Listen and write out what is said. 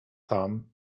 tam